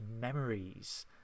memories